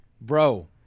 Bro